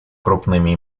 крупными